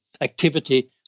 activity